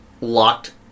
locked